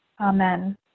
Amen